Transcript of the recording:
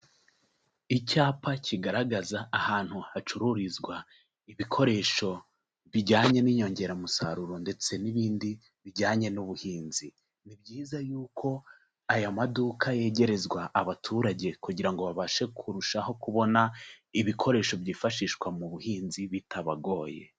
Icyapa kigaragaza ahantu hacururizwa ibikoresho bijyanye n'inyongeramusaruro ndetse n'ibindi bijyanye n'ubuhinzi. Ni byiza yuko aya maduka yegerezwa abaturage kugira ngo babashe kurushaho kubona ibikoresho byifashishwa mu buhinzi bitabagoye.